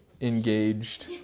engaged